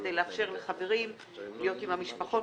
כדי לאפשר לחברים להיות עם המשפחות,